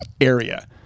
area